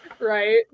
Right